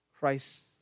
Christ